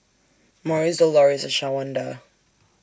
Morris Doloris and Shawanda